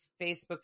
Facebook